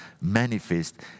manifest